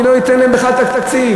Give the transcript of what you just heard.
אני לא אתן להם בכלל תקציב.